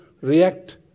react